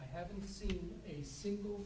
i haven't seen a single